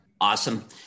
Awesome